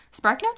SparkNotes